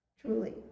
truly